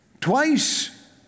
Twice